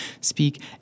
speak